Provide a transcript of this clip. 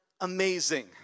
amazing